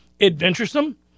adventuresome